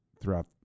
throughout